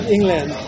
England